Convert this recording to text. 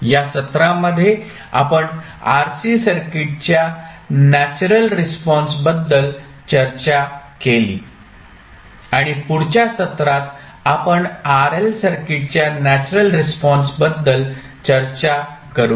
या सत्रामध्ये आपण RC सर्किटच्या नॅचरल रिस्पॉन्स बद्दल चर्चा केली आणि पुढच्या सत्रात आपण RL सर्किटच्या नॅचरल रिस्पॉन्स बद्दल चर्चा करूया